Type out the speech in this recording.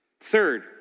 Third